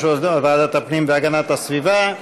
יושב-ראש ועדת הפנים והגנת הסביבה.